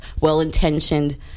well-intentioned